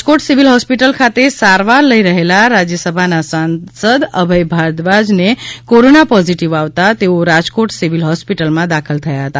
Rajkot civil hospital ખાતે સારવાર લઈ રહેલા રાજ્યસભાના સાંસદ અભયભાઈ ભારદ્વાજ ને કોરોના પોજીટીવ આવતા તેઓ રાજકોટ સિવિલ હોસ્પિટલ માં દાખલ થયા હતા